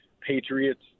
Patriots